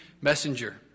messenger